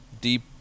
deep